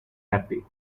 happy